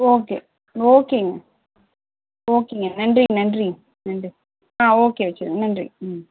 okay ஓகேங்க ஓகேங்க நன்றி நன்றி நன்றி ஆ ஓகே ஓகே நன்றி ம்